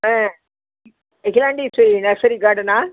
ஆ Akilandeswari nursery கார்டனா